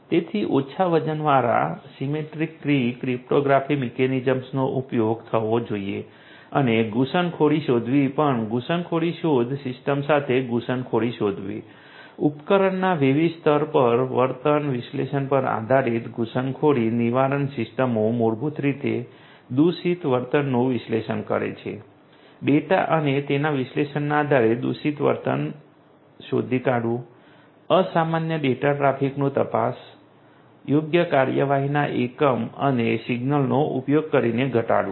તેથી ઓછા વજનવાળા lightweight lightweight symmetric key cryptographic મિકેનિઝમ્સનો ઉપયોગ થવો જોઈએ અને ઘૂસણખોરી શોધવી પણ ઘૂસણખોરી શોધ સિસ્ટમ સાથે ઘૂસણખોરી શોધવી ઉપકરણના વિવિધ સ્તરોપર વર્તન વિશ્લેષણ પર આધારિત ઘૂસણખોરી નિવારણ સિસ્ટમો મૂળભૂત રીતે દૂષિત વર્તનનું વિશ્લેષણ કરે છે ડેટા અને તેના વિશ્લેષણના આધારે દૂષિત વર્તન શોધી કાઢવું અસામાન્ય ડેટા ટ્રાફિકનો તપાસ યોગ્ય કાર્યવાહીના એકમ અને સિગ્નલનો ઉપયોગ કરીને ઘટાડવું